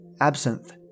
Absinthe